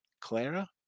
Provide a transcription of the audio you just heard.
Clara